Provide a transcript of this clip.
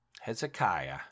Hezekiah